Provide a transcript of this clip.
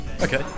Okay